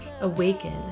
awaken